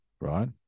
Right